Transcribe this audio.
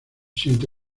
siente